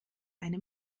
eine